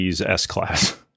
S-Class